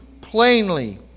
plainly